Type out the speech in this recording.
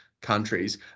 countries